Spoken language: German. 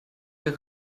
wäre